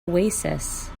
oasis